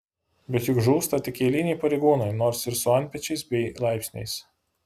bet juk žūsta tik eiliniai pareigūnai nors ir su antpečiais bei laipsniais